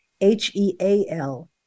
H-E-A-L